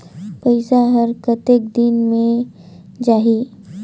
पइसा हर कतेक दिन मे जाही?